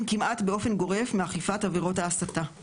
כמעט באופן גורף באכיפת עבירות ההסתה,